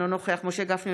אינו נוכח משה גפני,